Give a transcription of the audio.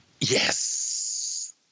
Yes